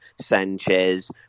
Sanchez